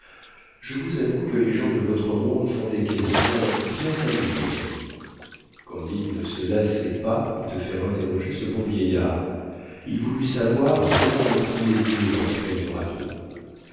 je vous avoue que les gens de votre monde font des questions bien singulières candide ne se lassait pas de faire interroger ce bon vieillard il voulut savoir comment on priait dieu dans eldorado